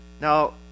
Now